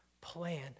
plan